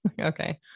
okay